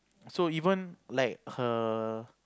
so even like her